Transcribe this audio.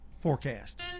forecast